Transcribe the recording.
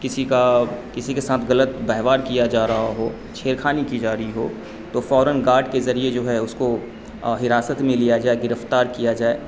کسی کا کسی کے ساتھ غلط ویوہار کیا جا رہا ہو چھیڑ کھانی کی جا رہی ہو تو فوراً گارڈ کے ذریعے جو ہے اس کو حراست میں لیا جائے گرفتار کیا جائے